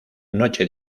noche